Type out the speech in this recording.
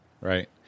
Right